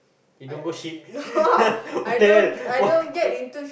it don't go ship what the hell what what